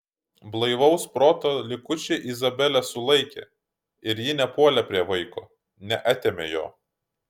blaivaus proto likučiai izabelę sulaikė ir ji nepuolė prie vaiko neatėmė jo